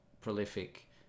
prolific